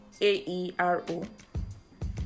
A-E-R-O